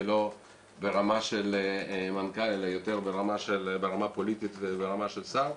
זה לא ברמה של מנכ"ל אלא יותר ברמה הפוליטית וברמה של שר,